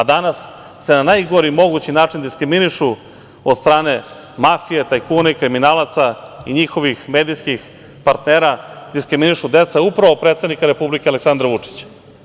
Danas se na najgori mogući način diskriminišu od strane mafije, tajkuna i kriminalaca i njihovih medijskih partnera, diskriminišu deca upravo predsednika Republike, Aleksandra Vučića.